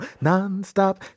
non-stop